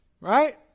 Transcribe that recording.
Right